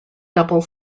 double